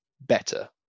better